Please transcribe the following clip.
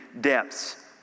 depths